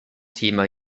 thema